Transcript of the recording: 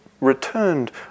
returned